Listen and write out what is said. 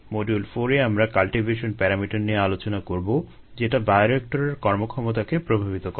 module 4 এ আমরা cultivation parameter নিয়ে আলোচনা করবো যেটা বায়োরিয়েক্টরের কর্মক্ষমতাকে প্রভাবিত করে